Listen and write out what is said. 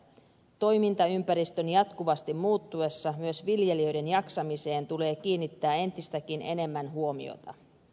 toimintaympäristön jatkuvasti muuttuessa myös viljelijöiden jaksamiseen tulee kiinnittää entistäkin enemmän huomiota